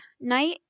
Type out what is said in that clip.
night